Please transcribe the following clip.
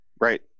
Right